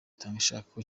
itangishaka